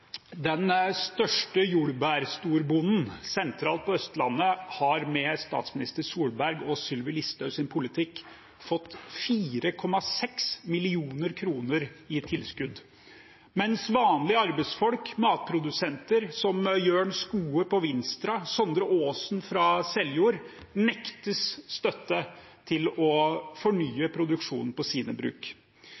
Den største jordbærstorbonden sentralt på Østlandet har med statsminister Solberg og Sylvi Listhaugs politikk fått 4,6 mill. kr i tilskudd, mens vanlige arbeidsfolk, matprodusenter som Jørn Skoe på Vinstra og Sondre Aasen fra Seljord, nektes støtte til å fornye